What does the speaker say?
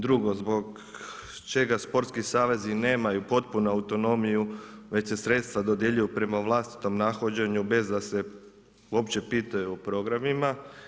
Drugo, zbog čega sportski savezi nemaju potpunu autonomiju, već se sredstva dodjeljuju prema vlastitom nahođenju, bez da se uopće pitaju u programima.